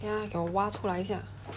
ya 给我挖出来一下